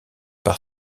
par